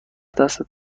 دست